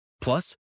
Plus